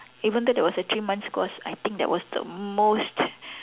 even thought that was a three months course I think that was the most